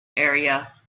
area